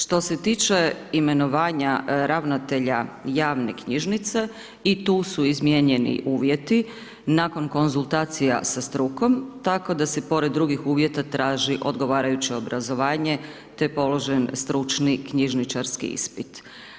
Što se tiče imenovanja ravnatelja javne knjižnice i tu su izmijenjeni uvjeti nakon konzultacija sa strukom, tako da se pored drugih uvjeta traži odgovarajuće obrazovanje, te položen stručni knjižničarski ispit.